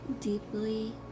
deeply